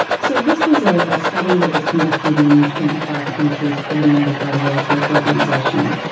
so this was a ah study that was conducted in twenty five countries coordinated by the world health organisation,